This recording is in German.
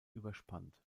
überspannt